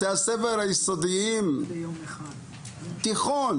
בתי הספר היסודיים, תיכון